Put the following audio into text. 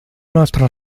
nostra